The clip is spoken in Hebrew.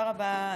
תודה רבה,